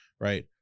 Right